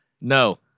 No